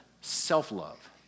self-love